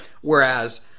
whereas